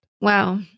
Wow